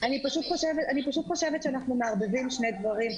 אני חושבת שאנחנו מערבבים שני דברים,